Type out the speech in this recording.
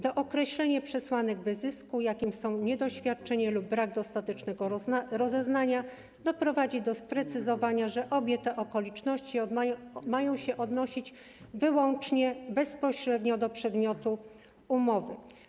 Dookreślenie przesłanek wyzysku, jakim są niedoświadczenie lub brak dostatecznego rozeznania, doprowadzi do sprecyzowania, że obie te okoliczności mają się odnosić wyłącznie bezpośrednio do przedmiotu umowy.